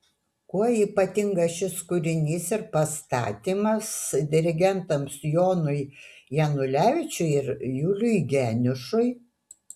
kuo ypatingas šis kūrinys ir pastatymas dirigentams jonui janulevičiui ir juliui geniušui